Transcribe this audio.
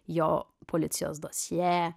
jo policijos dosję